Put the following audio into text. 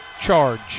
charge